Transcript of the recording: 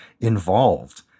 involved